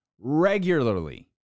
regularly